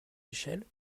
échelles